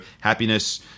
happiness